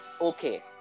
okay